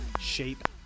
shape